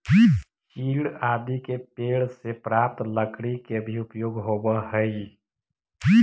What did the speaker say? चीड़ आदि के पेड़ से प्राप्त लकड़ी के भी उपयोग होवऽ हई